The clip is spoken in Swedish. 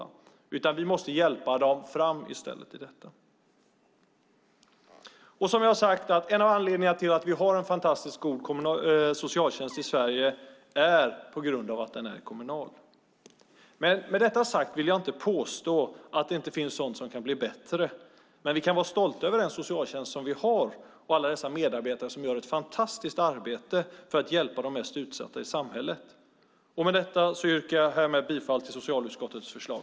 I stället måste vi hjälpa dem fram i detta. En av anledningarna till att vi har en fantastiskt god socialtjänst i Sverige är att den är kommunal. Med detta sagt vill jag inte påstå att det inte finns sådant som kan bli bättre, men vi kan vara stolta över den socialtjänst vi har och alla de medarbetare som gör ett fantastiskt arbete för att hjälpa de mest utsatta i samhället. Med detta yrkar jag bifall till socialutskottets förslag.